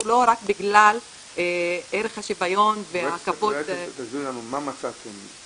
הוא לא רק בגלל ערך השוויון וה --- אולי תספרי לנו מה מצאתם,